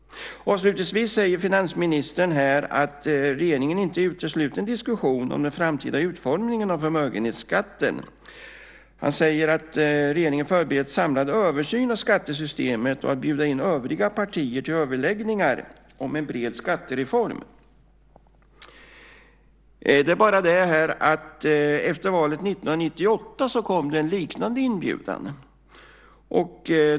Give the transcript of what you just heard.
Avslutningsvis säger finansministern att regeringen inte utesluter en diskussion om den framtida utformningen av förmögenhetsskatten. Han säger att regeringen förbereder en samlad översyn av skattesystemet och att bjuda in övriga partier till överläggningar om en bred skattereform. Det är bara det att efter valet 1998 kom det en liknande inbjudan.